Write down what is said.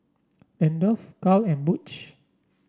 Randolf Cal and Butch